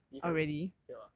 did he fail failed ah